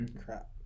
Crap